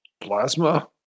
plasma